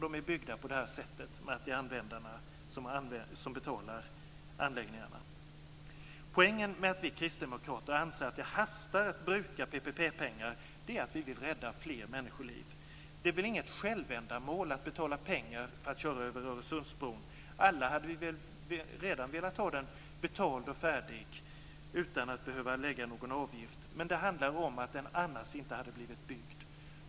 De är byggda på det sättet att det är användarna som betalar anläggningarna. Poängen med att vi kristdemokrater anser att det hastar att bruka PPP-pengar är att vi vill rädda fler människoliv. Det är inget självändamål att betala pengar för att köra över Öresundsbron. Alla hade vi velat ha den betald och färdig utan att behöva avlägga någon avgift. Men det handlar om att den annars inte hade blivit byggd.